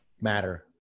matter